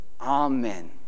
Amen